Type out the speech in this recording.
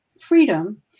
freedom